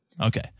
Okay